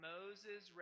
Moses